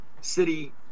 City